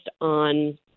on